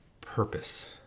purpose